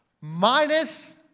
Minus